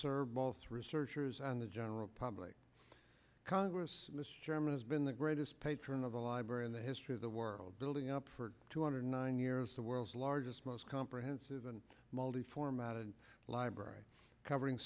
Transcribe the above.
serve both researchers and the general public congress this chairman has been the greatest patron of the library in the history of the world building up for two hundred nine years the world's largest most comprehensive and multi formatted library covering